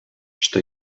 что